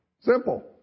Simple